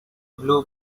blue